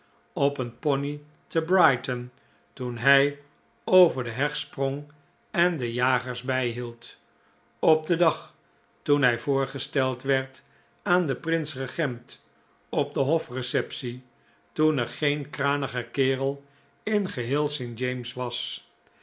op een pony te brighton toen hij over de heg sprong en de jagers bijhield op den dag toen hij voorgesteld werd aan den prins regent op de hofreceptie toen er geen kraniger kerel in geheel st james's was